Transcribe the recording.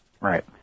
Right